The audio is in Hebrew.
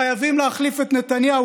חייבים להחליף את נתניהו,